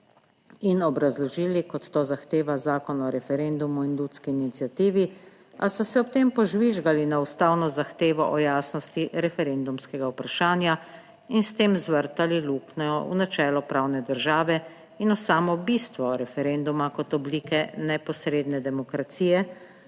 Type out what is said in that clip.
in obrazložili, kot to zahteva Zakon o referendumu in ljudski iniciativi, a so se ob tem požvižgali na ustavno zahtevo o jasnosti referendumskega vprašanja in s tem zvrtali luknjo v načelo pravne države in v samo bistvo referenduma kot oblike neposredne demokracije,